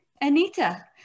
Anita